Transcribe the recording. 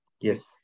Yes